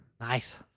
Nice